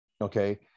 Okay